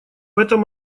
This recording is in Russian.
этом